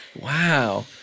Wow